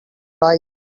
like